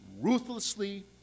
ruthlessly